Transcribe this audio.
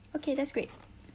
okay that's great